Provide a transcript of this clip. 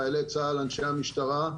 חיילי צה"ל ואנשי המשטרה.